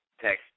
text